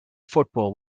football